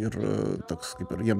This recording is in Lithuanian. ir toks kaip ir jiem